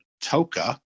Toka